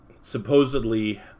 supposedly